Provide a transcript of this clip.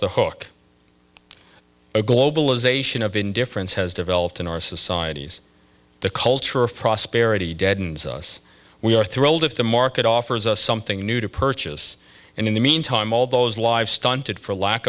the hook a globalization of indifference has developed in our societies the culture of prosperity deadens us we are thrilled if the market offers us something new to purchase and in the meantime all those lives stunted for lack